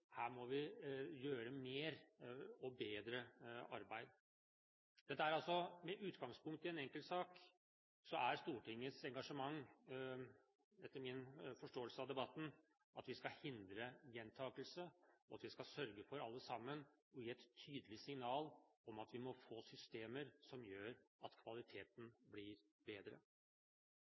her må vi gjøre mer og bedre arbeid. Med utgangspunkt i en enkeltsak dreier Stortingets engasjement seg om – etter min forståelse av debatten – at vi skal hindre gjentakelse, og at vi alle skal sørge for å gi et tydelig signal om at vi må få systemer som gjør at kvaliteten blir bedre.